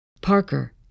Parker